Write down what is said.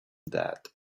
that